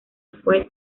fue